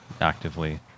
actively